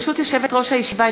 ברשות יושבת-ראש הישיבה,